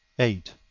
eight.